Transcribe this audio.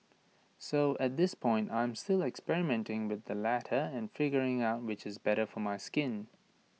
so at this point I'm still experimenting with the latter and figuring out which is better for my skin